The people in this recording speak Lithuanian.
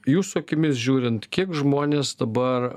jūsų akimis žiūrint kiek žmonės dabar